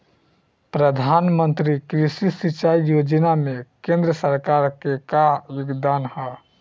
प्रधानमंत्री कृषि सिंचाई योजना में केंद्र सरकार क का योगदान ह?